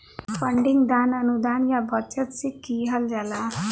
funding दान, अनुदान या बचत से किहल जाला